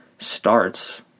Starts